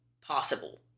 possible